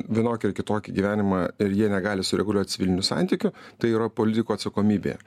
vienokį ar kitokį gyvenimą ir jie negali sureguliuot civilinių santykių tai yra politiko atsakomybė